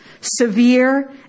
severe